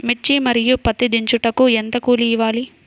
మిర్చి మరియు పత్తి దించుటకు ఎంత కూలి ఇవ్వాలి?